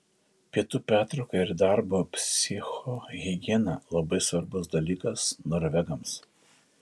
pietų pertrauka ir darbo psichohigiena labai svarbus dalykas norvegams